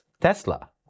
Tesla